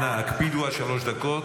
אנא הקפידו על שלוש דקות.